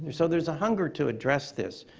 so there's a hunger to address this.